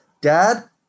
dad